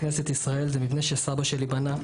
כנסת ישראל, זה מבנה שסבא שלי בנה.